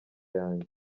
yanjye